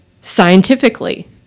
scientifically